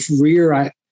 rear